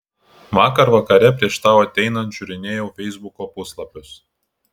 vakar vakare prieš tau ateinant žiūrinėjau feisbuko puslapius